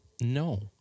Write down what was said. No